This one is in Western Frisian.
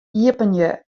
iepenje